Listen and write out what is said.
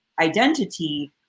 identity